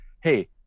Hey